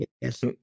yes